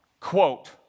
quote